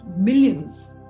millions